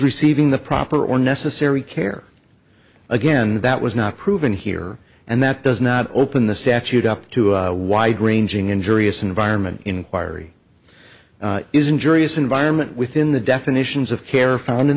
receiving the proper or necessary care again that was not proven here and that does not open the statute up to a wide ranging injurious environment inquiry isn't juries environment within the definitions of care found in